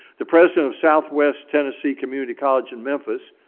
the president of southwest tennessee community college in memphis,